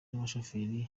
n’abashoferi